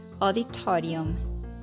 auditorium